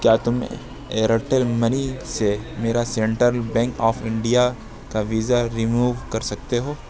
کیا تم Airtel money سے میرا Central Bank of India visa ویزا ریموو کر سکتے ہو